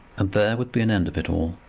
and there would be an end of it all.